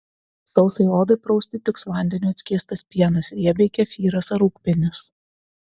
sausai odai prausti tiks vandeniu atskiestas pienas riebiai kefyras ar rūgpienis